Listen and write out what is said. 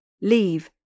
Leave